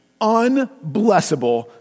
unblessable